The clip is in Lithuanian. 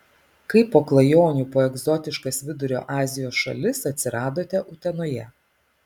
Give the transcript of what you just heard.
kaip po klajonių po egzotiškas vidurio azijos šalis atsiradote utenoje